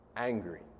angry